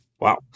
Wow